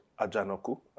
Ajanoku